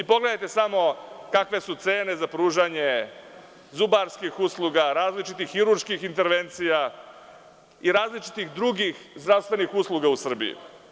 Pogledajte samo kakve su cene za pružanje zubarskih usluga, različitih hirurških intervencija i različitih drugih intervencija u Srbiji.